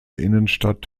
innenstadt